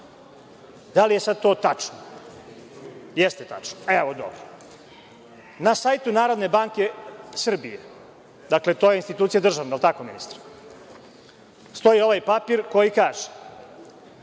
Da li je to sada tačno? Jeste tačno? Dobro. Na sajtu Narodne banke Srbije, dakle to je institucija državna, je li tako ministre, stoji ovaj papir koji kaže